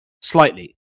Slightly